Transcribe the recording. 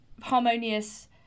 harmonious